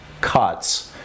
cuts